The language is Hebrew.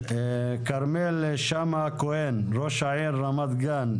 כרמל שאמה הכהן, ראש העיר רמת גן,